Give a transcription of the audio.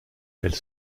elle